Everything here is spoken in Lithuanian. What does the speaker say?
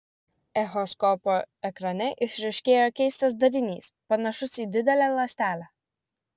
echoskopo ekrane išryškėjo keistas darinys panašus į didelę ląstelę